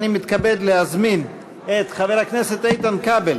אני מתכבד להזמין את חבר הכנסת איתן כבל